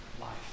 life